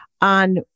on